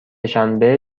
شنبه